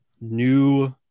new